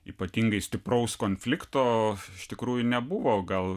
ypatingai stipraus konflikto iš tikrųjų nebuvo gal